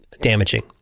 damaging